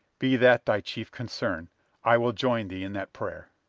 be that thy chief concern i will join thee in that prayer.